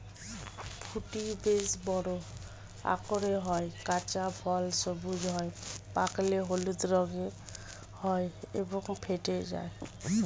ফুটি বেশ বড় আকারের হয়, কাঁচা ফল সবুজ হয়, পাকলে হলুদ রঙের হয় এবং ফেটে যায়